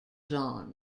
genre